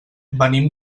venim